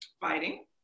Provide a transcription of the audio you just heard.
fighting